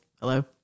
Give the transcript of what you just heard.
Hello